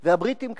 והבריטים,